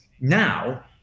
now